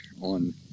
on